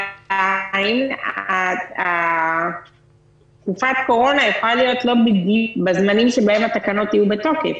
האם תקופת קורונה יכולה להיות לא בזמנים שבהם התקנות יהיו בתוקף.